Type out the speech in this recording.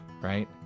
right